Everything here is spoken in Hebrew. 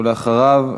ולאחריו,